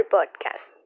Podcast